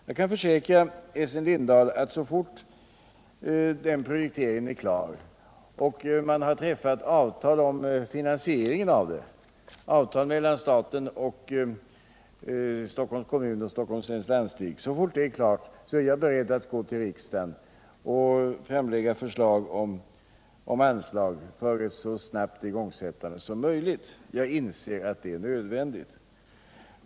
Jag kan försäkra Essen Lindahl att så fort den projekteringen är klar och man har träffat avtal om finansieringen av projektet mellan staten, Stockholms kommun och Stockholms läns landsting är jag beredd att för riksdagen framlägga förslag om anslag för ett så snabbt igångsättande som möjligt. Jag inser att det är nödvändigt.